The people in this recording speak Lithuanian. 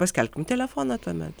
paskelbkim telefoną tuomet